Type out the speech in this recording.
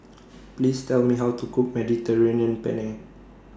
Please Tell Me How to Cook Mediterranean Penne